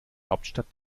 hauptstadt